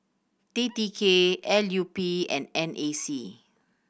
T T K L U P and N A C